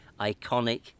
iconic